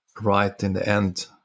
right-in-the-end